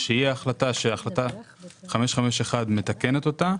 שהיא ההחלטה שהחלטה 551 מתקנת אותה,